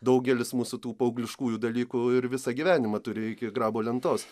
daugelis mūsų tų paaugliškųjų dalykų ir visą gyvenimą turi iki grabo lentos